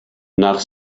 nach